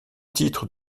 titre